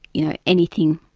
you know, anything',